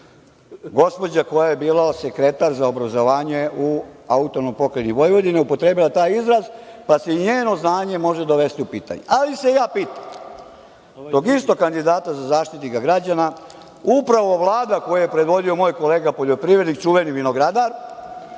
Gospođa koja je bila sekretar za obrazovanje u Autonomnoj Pokrajini Vojvodini upotrebila je taj izraz, pa se i njeno znanje može dovesti u pitanje. Ali se ja pitam, tok istog kandidata za Zaštitnika građana, upravo ga Vlada koju je predvodio moj kolega poljoprivrednik, čuveni vinogradar,